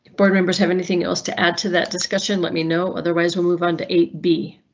board members have anything else to add to that discussion. let me know otherwise we'll move on to eight b.